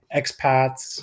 expats